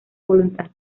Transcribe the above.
voluntad